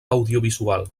audiovisual